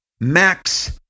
Max